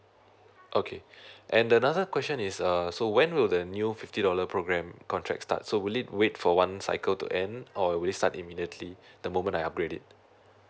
okay and the another question is uh so when will new fifty dollar program contract start so will it wait for one cycle to end or will it start immediately the moment I upgrade it